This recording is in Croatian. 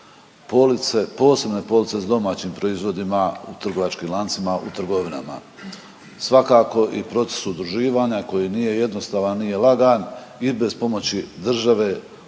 posebne police s domaćim proizvodima u trgovačkim lancima u trgovinama, svakako i proces udruživanja koji nije jednostavan, nije lagan i bez pomoći države